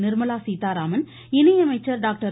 நிர்மலா சீத்தாராமன் இணையமைச்சர் டாக்டர்